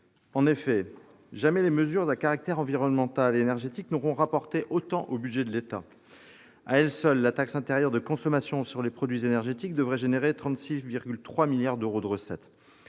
En effet, jamais les mesures à caractère environnemental et énergétique n'auront rapporté autant au budget de l'État. À elle seule, la taxe intérieure de consommation sur les produits énergétiques devrait engendrer 36,3 milliards d'euros de recettes.